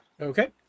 Okay